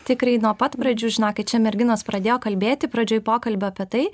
tikrai nuo pat pradžių žinokit čia merginos pradėjo kalbėti pradžioj pokalbio apie tai